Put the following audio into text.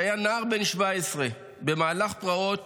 שהיה נער בן 17 במהלך פרעות